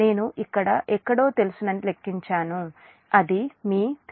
నేను ఇక్కడ ఎక్కడో తెలుసునని లెక్కించాను అది మీ 3Zn